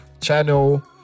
channel